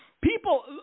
people